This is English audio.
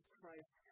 Christ